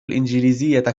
الإنجليزية